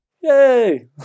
Yay